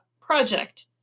project